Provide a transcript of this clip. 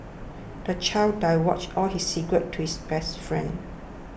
the child divulged all his secrets to his best friend